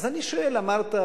אז אני שואל: אמרת,